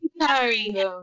Sorry